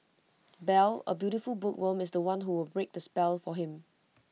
bell A beautiful bookworm is The One who will break the spell for him